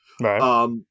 Right